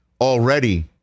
already